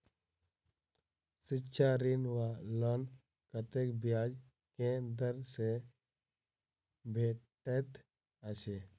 शिक्षा ऋण वा लोन कतेक ब्याज केँ दर सँ भेटैत अछि?